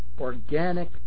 organic